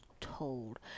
told